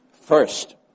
First